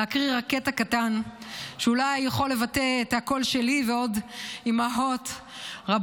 להקריא רק קטע קטן שאולי יכול לבטא את הקול שלי ועוד אימהות רבות,